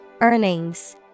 Earnings